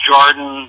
Jordan